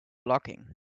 blocking